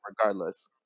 regardless